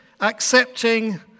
accepting